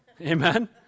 Amen